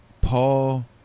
Paul